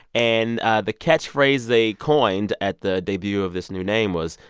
and ah the catchphrase they coined at the debut of this new name was,